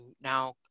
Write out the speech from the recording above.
now